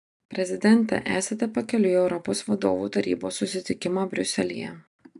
prezidente esate pakeliui į europos vadovų tarybos susitikimą briuselyje